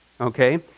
Okay